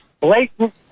blatant